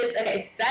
Okay